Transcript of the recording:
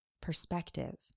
perspective